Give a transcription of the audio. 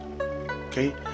okay